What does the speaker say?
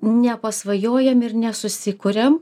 ne pasvajojam ir nesusikuriam